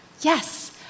Yes